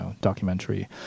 documentary